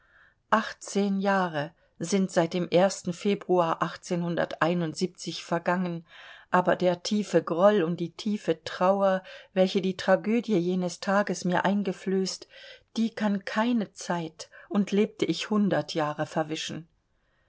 achtzehn jahre sind seit dem februar vergangen aber der tiefe groll und die tiefe trauer welche die tragödie jenes tages mir eingeflößt die kann keine zeit und lebte ich hundert jahre verwischen